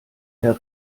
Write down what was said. herr